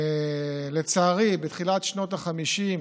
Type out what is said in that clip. לצערי, בתחילת שנות החמישים